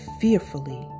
fearfully